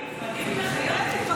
אני רוצה להבין, נפרדים ממך היום?